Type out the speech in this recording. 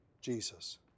Jesus